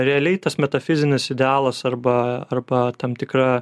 realiai tas metafizinis idealas arba arba tam tikra